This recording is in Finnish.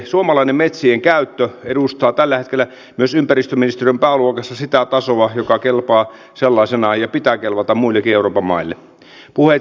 suomalainen metsien käyttö edustaa tällä hetkellä myös ympäristöministeriön pääluokassa sitä tasoa joka kelpaa sellaisenaan ja jonka pitää kelvata muillekin euroopan maille